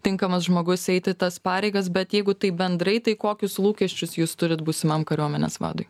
tinkamas žmogus eiti tas pareigas bet jeigu taip bendrai tai kokius lūkesčius jūs turit būsimam kariuomenės vadui